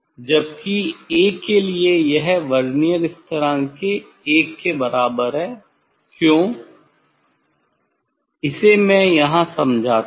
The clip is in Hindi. जबकि 'A' के लिए यह वर्नियर स्थिरांक के एक बार के बराबर है क्यों इसे मैं यहाँ समझाता हूँ